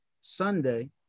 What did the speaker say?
sunday